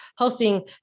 Hosting